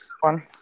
one